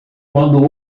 quando